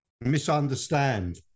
misunderstand